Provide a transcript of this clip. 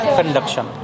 conduction